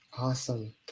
Awesome